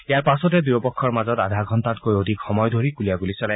ইয়াৰ পাছতে দুয়োপক্ষৰ মাজত আধা ঘণ্টাতকৈও অধিক সময় ধৰি গুলিয়াগুলী চলে